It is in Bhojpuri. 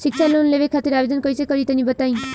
शिक्षा लोन लेवे खातिर आवेदन कइसे करि तनि बताई?